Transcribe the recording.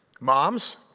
Moms